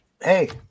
hey